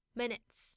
minutes